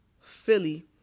Philly